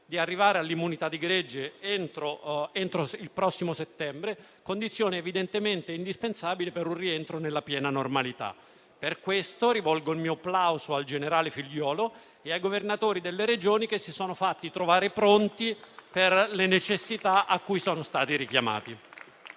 di arrivare all'immunità di gregge entro il prossimo settembre, condizione evidentemente indispensabile per un rientro nella piena normalità. Per questo rivolgo il mio plauso al generale Figliuolo e ai governatori delle Regioni che si sono fatti trovare pronti per le necessità a cui sono stati richiamati.